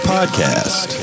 Podcast